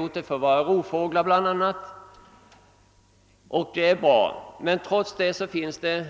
Bland annat våra rovfåglar är sålunda fridlysta, och det är bra. Men trots detta finns det